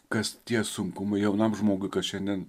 kas tie sunkumai jaunam žmogui kas šiandien